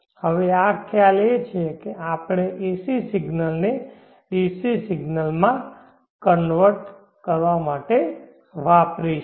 હવે આ ખ્યાલ છે કે આપણે AC સિગ્નલને DC માં કન્વર્ટ કરવા માટે વાપરીશું